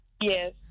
Yes